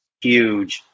huge